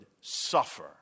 suffer